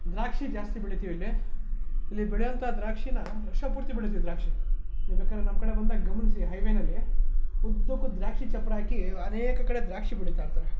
ದ್ರಾಕ್ಷಿ ಜಾಸ್ತಿ ಬೆಳಿತೀವಿಲ್ಲಿ ಇಲ್ಲಿ ಬೆಳಿಯುವಂಥ ದ್ರಾಕ್ಷಿನ ವರ್ಷ ಪೂರ್ತಿ ಬೆಳಿತೀವಿ ದ್ರಾಕ್ಷಿ ನೀವು ಬೇಕಾದರೆ ನಮ್ಮ ಕಡೆ ಬಂದಾಗ ಗಮನಿಸಿ ಹೈವೇನಲ್ಲಿ ಉದ್ದಕ್ಕೂ ದ್ರಾಕ್ಷಿ ಚಪ್ಪರ ಹಾಕಿ ಅನೇಕ ಕಡೆ ದ್ರಾಕ್ಷಿ ಬೆಳೀತಾಯಿರ್ತಾರೆ